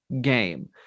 game